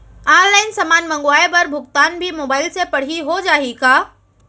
Online समान मंगवाय बर भुगतान भी मोबाइल से पड़ही हो जाही का?